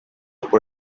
por